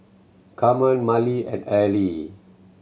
Carmen Myrle and Ely